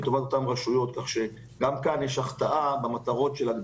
כך שגם כאן יש החטאה במטרות.